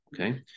Okay